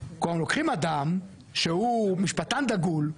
כלומר לוקחים אדם שהוא משפטן דגול,